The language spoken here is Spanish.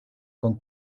con